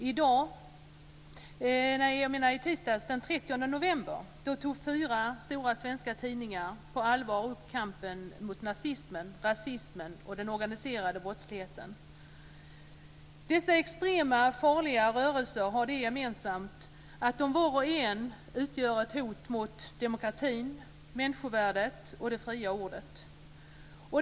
Herr talman! I tisdags, den 30 november, tog fyra stora svenska tidningar på allvar upp kampen mot nazismen, rasismen och den organiserade brottsligheten. Dessa extrema, farliga rörelser har det gemensamt att de var och en utgör ett hot mot demokratin, människovärdet och det fria ordet.